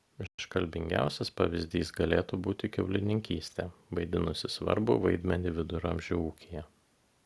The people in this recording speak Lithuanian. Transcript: iškalbingiausias pavyzdys galėtų būti kiaulininkystė vaidinusi svarbų vaidmenį viduramžių ūkyje